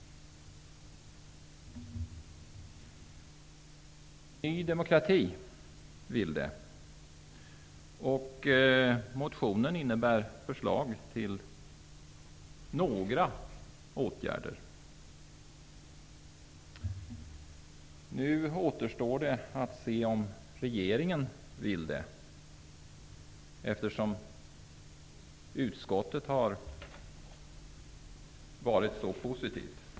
Det vill Ny demokrati. Motionen innebär förslag till några åtgärder. Utskottet anser det önskvärt att korruptionsproblemet uppmärksammas på internationell nivå.